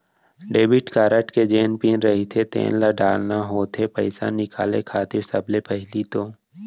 debit card के जेन PIN रहिथे तेन ल डालना होथे पइसा निकाले खातिर सबले पहिली तो